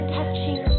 Touching